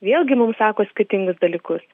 vėlgi mum sako skirtingus dalykus